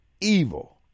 evil